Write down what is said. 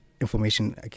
information